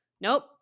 nope